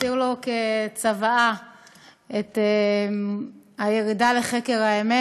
הותיר לו כצוואה את הירידה לחקר האמת.